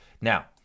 Now